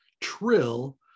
trill